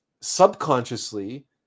subconsciously